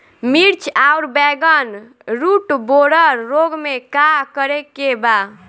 मिर्च आउर बैगन रुटबोरर रोग में का करे के बा?